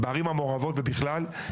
בערים המעורבות ובכלל.